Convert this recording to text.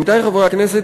עמיתי חברי הכנסת,